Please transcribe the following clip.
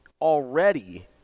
already